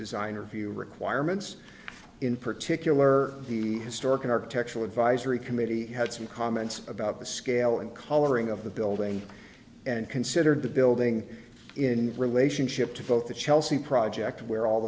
designer view requirements in particular the historic architectural advisory committee had some comments about the scale and coloring of the building and considered the building in relationship to both the chelsea project where all